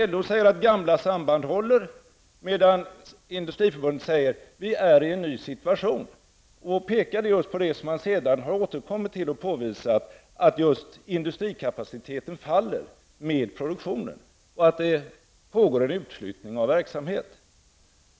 LO sade att gamla samband håller, medan Industriförbundet ansåg att vi är i en ny situation och pekade just på det man sedan har återkommit till och påvisat, nämligen att industrikapaciteten faller med produktionen och att det pågår en utflyttning av verksamhet.